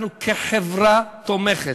אנחנו, כחברה תומכת,